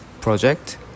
project